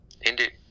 Indeed